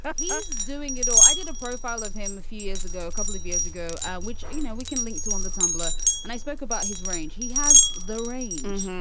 he's doing it all. i did a profile of him a few years ago, a couple of years ago, which, you know, we can link to on the tumblr and i spoke about his range. he has the range.